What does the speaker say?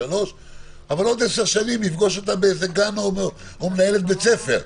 אבל עוד 10 שנים נפגוש אותה בגן או שהיא תנהל בית ספר.